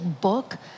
book